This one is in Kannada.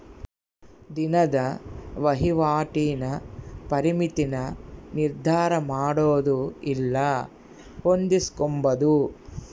ದಿನದ ವಹಿವಾಟಿನ ಪರಿಮಿತಿನ ನಿರ್ಧರಮಾಡೊದು ಇಲ್ಲ ಹೊಂದಿಸ್ಕೊಂಬದು